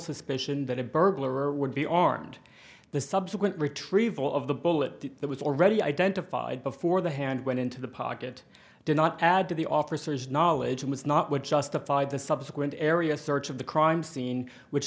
suspicion that a burglar would be armed the subsequent retrieval of the bullet that was already identified before the hand went into the pocket did not add to the officer's knowledge it was not what justified the subsequent area search of the crime scene which